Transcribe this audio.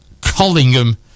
Collingham